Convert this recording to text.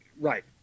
right